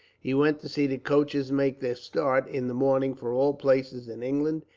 he went to see the coaches make their start, in the morning, for all places in england,